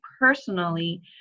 personally